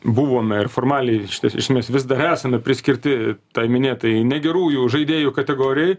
buvome ir formaliai iš e iš smės vis dar esame priskirti tai minėtajai negerųjų žaidėjų kategorijai